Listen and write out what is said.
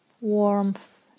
warmth